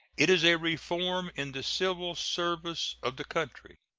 it is a reform in the civil service of the country.